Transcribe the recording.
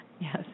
Yes